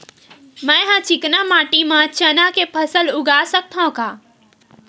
मै ह चिकना माटी म चना के फसल उगा सकथव का?